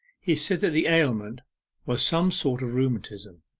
he said that the ailment was some sort of rheumatism,